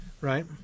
right